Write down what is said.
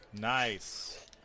Nice